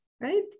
right